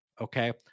Okay